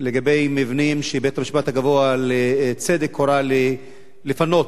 לגבי מבנים שבית-המשפט הגבוה לצדק הורה לפנות,